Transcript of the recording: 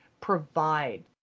provide